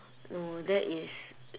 no that is